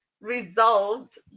resolved